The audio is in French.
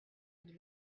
êtes